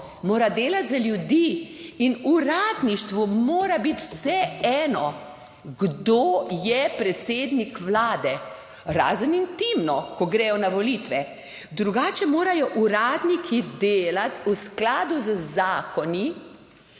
mora delati za ljudi in uradništvo mora biti vseeno, kdo je predsednik vlade, razen intimno, ko gredo na volitve. Drugače morajo uradniki delati v skladu z zakoni